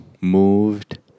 Moved